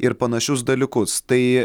ir panašius dalykus tai